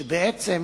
שבעצם